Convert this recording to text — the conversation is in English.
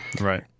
Right